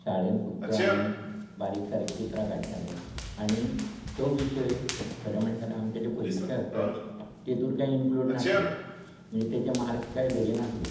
शाळेंत फक्त आमी बारीक सारीक चित्रां काडटाले आनी तो विशय खरें म्हणशे जाल्यार आमचे जे परिक्षा आसतात तितूर कांय इन्क्लूड नासलो म्हणजे ताचे मार्क कामय धरीक नासले